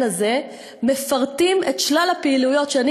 הזה מפרטים את שלל הפעילויות שאני,